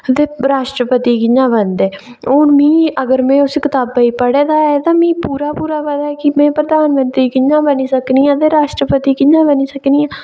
ते राष्ट्रपति कि'यां बनदे हून मिगी अगर में उस कताबा गी पढ़े दा ऐ ते मिगी पूरा पूरा पता ऐ कि में प्रधानमंत्री कि'यां बनी सकनी ते राष्ट्रपति कि'यां बनी सकनी आं